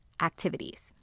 activities